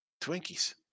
Twinkies